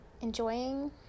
enjoying